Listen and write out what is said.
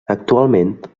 actualment